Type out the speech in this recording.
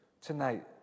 tonight